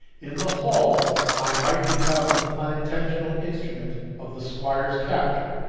in the hall i might become the unintentional instrument of the squire's capture,